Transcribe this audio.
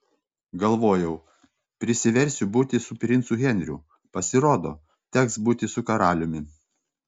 galvojau prisiversiu būti su princu henriu pasirodo teks būti su karaliumi